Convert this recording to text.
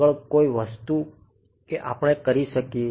આગળ કોઈ વસ્તુ કે આપણે કરી શકીએ